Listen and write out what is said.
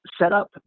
setup